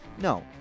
no